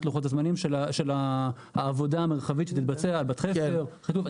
לוחות הזמנים של העבודה המרחבית שתתבצע בבת חפר וכדומה.